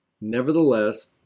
Nevertheless